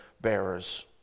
bearers